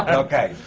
ah okay.